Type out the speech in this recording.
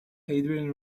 adrian